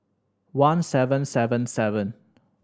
one seven seven seven